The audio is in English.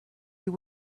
you